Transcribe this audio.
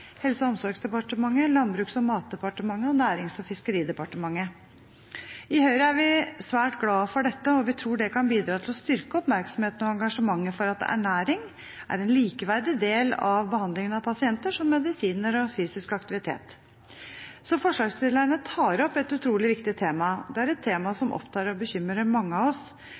Helse- og omsorgsdepartementet, Landbruks- og matdepartementet og Nærings- og fiskeridepartementet. I Høyre er vi svært glade for dette, og vi tror det kan bidra til å styrke oppmerksomheten og engasjementet for at ernæring er en likeverdig del av behandlingen av pasienter som medisiner og fysisk aktivitet. Så forslagsstillerne tar opp et utrolig viktig tema. Det er et tema som opptar og bekymrer mange av oss,